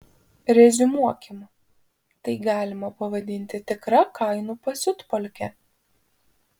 reziumuokim tai galima pavadinti tikra kainų pasiutpolke